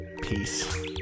Peace